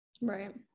Right